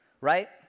right